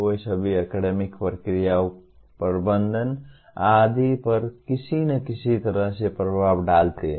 वे सभी अकेडेमिक प्रक्रियाओं प्रबंधन आदि पर किसी न किसी तरह से प्रभाव डालते हैं